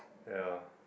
ya